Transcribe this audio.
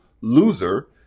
loser